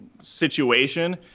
situation